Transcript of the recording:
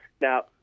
Now